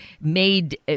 made